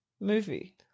movie